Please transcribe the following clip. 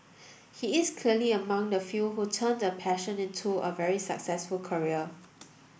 he is clearly among the few who turned a passion into a very successful career